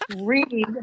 read